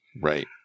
Right